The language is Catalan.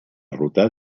rotar